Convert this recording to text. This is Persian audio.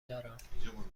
دارم